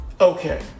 okay